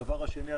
הדבר השני,